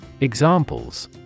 Examples